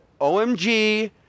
OMG